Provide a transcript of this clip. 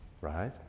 right